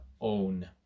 own